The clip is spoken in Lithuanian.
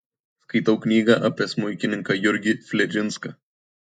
skaitau knygą apie smuikininką jurgį fledžinską